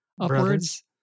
upwards